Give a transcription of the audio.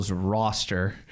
roster